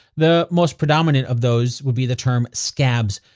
the most predominate of those would be the term scabs,